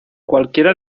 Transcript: cualquiera